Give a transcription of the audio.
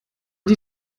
die